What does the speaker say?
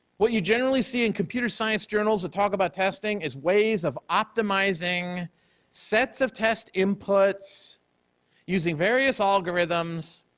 what you generally see in computer science journals that talk about testing is ways of optimizing sets of test inputs using various algorithms,